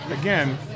again